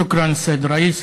שוכרן, סייד א-ראיס.